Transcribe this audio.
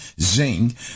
Zing